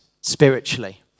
spiritually